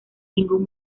ningún